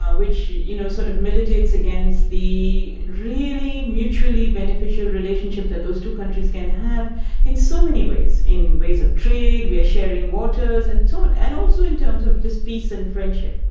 which, you you know, sort of militates against the really mutually beneficial relationship that those two countries can have in so many ways, in ways of trade we are sharing waters, and so on and also in terms of just peace and friendship